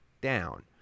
down